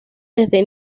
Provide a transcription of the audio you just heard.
desde